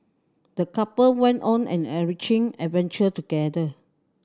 the couple went on an enriching adventure together